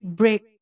break